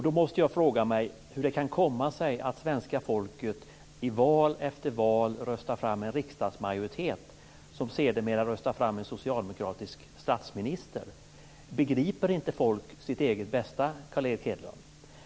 Då måste jag fråga mig hur det kan komma sig att svenska folket i val efter val röstar fram en riksdagsmajoritet som sedermera röstar fram en socialdemokratisk statsminister. Begriper inte folk sitt eget bästa, Carl Erik Hedlund?